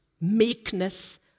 meekness